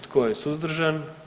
Tko je suzdržan?